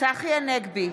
צחי הנגבי,